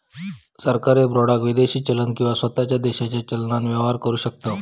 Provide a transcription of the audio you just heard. सरकारी बाँडाक विदेशी चलन किंवा स्वताच्या देशाच्या चलनान व्यवहार करु शकतव